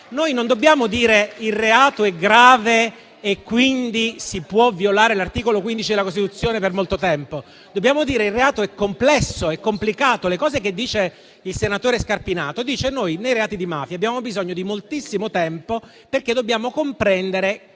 Non dobbiamo dire che, siccome il reato è grave, si può violare l'articolo 15 della Costituzione per molto tempo. Dobbiamo dire che il reato è complesso e complicato. È quello che dice il senatore Scarpinato: nei reati di mafia abbiamo bisogno di moltissimo tempo, perché dobbiamo comprendere